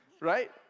right